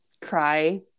cry